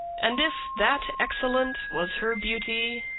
and if that excellent was her beauty,